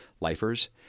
lifers